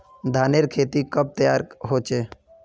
धानेर खेती कब तैयार होचे?